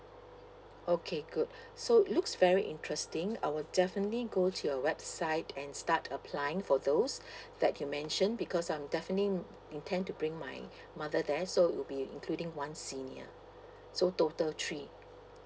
okay good so looks very interesting I will definitely go to your website and start applying for those that you mention because I'm definitely intend to bring my mother there so it'll be including one senior so total three